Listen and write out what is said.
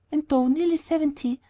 and though nearly seventy,